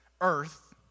earth